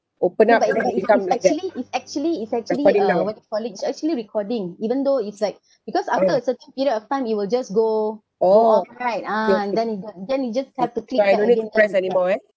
open up it become like that recording now uh oh okay okay so I don't need to press any more eh